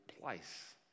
place